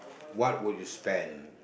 what would you spend